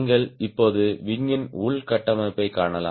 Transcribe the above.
நீங்கள் இப்போது விங்யின் உள் கட்டமைப்பைக் காணலாம்